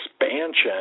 expansion